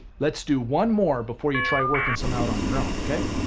let's do one more before you try working some out on your own, okay?